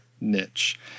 niche